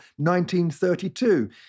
1932